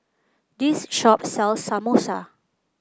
this shop sells Samosa